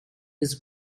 his